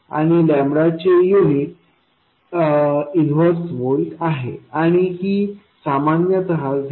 आणि चे unit inverse volt आहे आणि ही सामान्यत 0